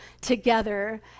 together